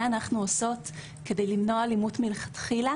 מה אנחנו עושות כדי למנוע אלימות מלכתחילה,